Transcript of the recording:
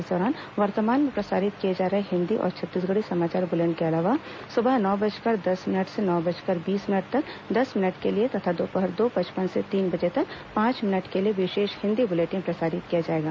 इस दौरान वर्तमान में प्रसारित किए जा रहे हिन्दी और छत्तीसगढ़ी समाचार बुलेटिन के अलावा सुबह नौ बजकर दस मिनट से नौ बजकर बीस मिनट तक दस मिनट के लिए तथा दोपहर दो पचपन से तीन बजे तक पांच भिनट के लिए विशेष हिन्दी बुलेटिन प्रसारित किया जाएगा